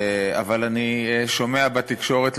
אבל אני שומע בתקשורת,